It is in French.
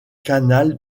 canal